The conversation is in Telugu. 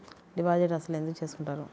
డిపాజిట్ అసలు ఎందుకు చేసుకుంటారు?